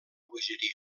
bogeria